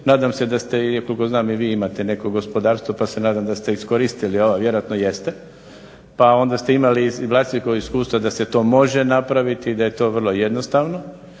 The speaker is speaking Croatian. Nadam se da te, koliko znam i vi imate neko gospodarstvo, pa se nadam da ste iskoristili ovo, vjerojatno jeste. Pa onda ste imali i vlastito iskustvo da se to može napraviti i da je to vrlo jednostavno.